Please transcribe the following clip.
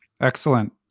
Excellent